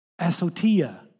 asotia